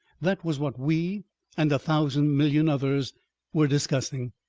that was what we and a thousand million others were discussing.